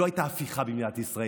לא הייתה הפיכה במדינת ישראל.